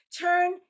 turn